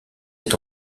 est